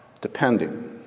Depending